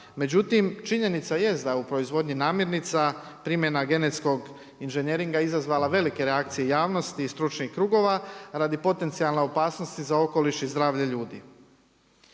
međutim, činjenica jest da u proizvodnji namjernica, primjena genetskog inženjeringa je izazvala velike reakcije javnosti i stručnih krugova, radi potencijalne opasnosti za okoliš i zdravlje ljudi.